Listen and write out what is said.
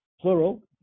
plural